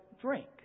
drink